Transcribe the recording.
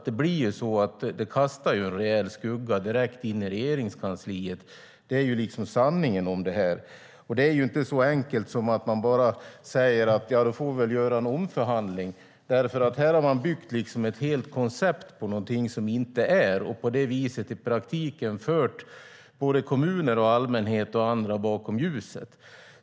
Det kastar en rejäl skugga direkt in i Regeringskansliet. Det här är sanningen, och det är inte så enkelt som att bara säga att man får göra en omförhandling. Man har ju byggt ett helt koncept på någonting som inte är och på det viset i praktiken fört både kommuner, allmänhet och andra bakom ljuset.